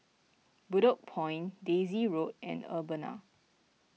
Bedok Point Daisy Road and Urbana